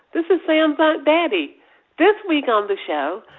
this is sam's aunt betty this week on the show,